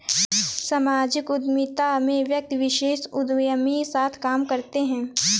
सामाजिक उद्यमिता में व्यक्ति विशेष उदयमी साथ काम करते हैं